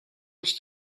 als